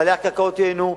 בעלי הקרקעות ייהנו,